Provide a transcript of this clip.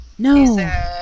No